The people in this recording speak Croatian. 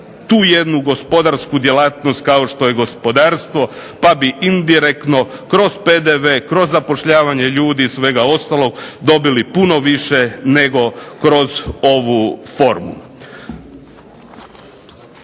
tu jednu gospodarsku djelatnost kao što je gospodarstvo pa bi indikretno kroz PDV, kroz zapošljavanje ljudi i svega ostalog dobili puno više nego kroz ovu formu.